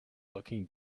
looking